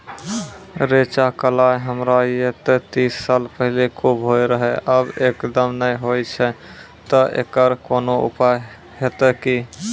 रेचा, कलाय हमरा येते तीस साल पहले खूब होय रहें, अब एकदम नैय होय छैय तऽ एकरऽ कोनो उपाय हेते कि?